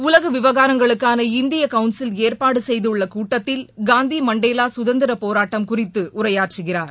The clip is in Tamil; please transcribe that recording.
உலக விவகாரங்களுக்கான இந்திய கவுன்சில் ஏற்பாடு செய்துள்ள கூட்டத்தில் காந்தி மண்டேலா சுதந்திரப் போராட்டம் குறித்து உரையாற்றுகிறார்